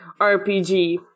RPG